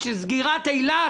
לנזקים הכלכליים שסגירת אילת